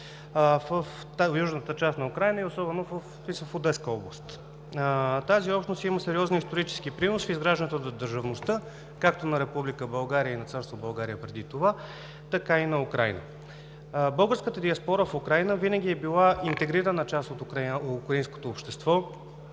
в най-южната част на Украйна, и особено в Одеска област. Тази общност има сериозен исторически принос в изграждане на държавността, както на Република България и на Царство България преди това, така и на Украйна. Българската диаспора в Украйна винаги е била интегрирана част от украинското общество.